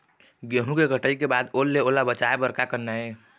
गेहूं के कटाई के बाद ओल ले ओला बचाए बर का करना ये?